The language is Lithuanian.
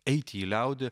eiti į liaudį